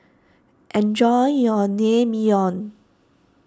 enjoy your Naengmyeon